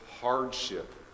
hardship